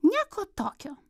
nieko tokio